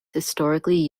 historically